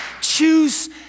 Choose